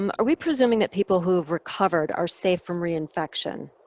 um are we presuming that people who have recovered are safe from reinfection?